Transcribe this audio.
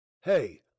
Hey